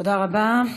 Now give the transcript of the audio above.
תודה רבה.